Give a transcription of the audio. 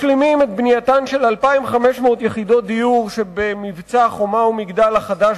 בנוסף משלימים את בנייתן של 2,500 יחידות דיור שבמבצע חומה ומגדל החדש